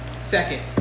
second